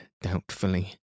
doubtfully